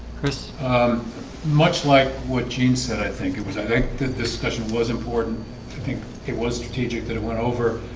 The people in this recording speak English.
chris um much like what jean said, i think it was i think that this discussion was important i think it was strategic that it went over.